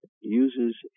uses